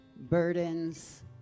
burdens